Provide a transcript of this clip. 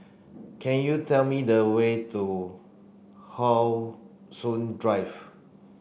can you tell me the way to How Soon Drive